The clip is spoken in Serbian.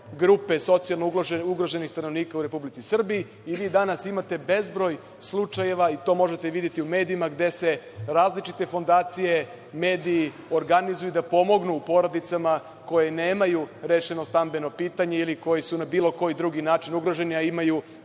grupe socijalno ugroženih stanovnika u Republici Srbiji i vi danas imate bezbroj slučajeva i to možete videti u medijima gde se različite fondacije, mediji organizuju da pomognu porodicama koje nemaju rešeno stambeno pitanje ili koji su na bilo koji drugi način ugroženi, a imaju